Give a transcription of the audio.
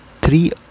three